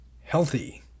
healthy